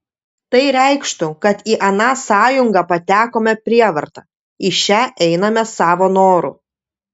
tai reikštų kad į aną sąjungą patekome prievarta į šią einame savo noru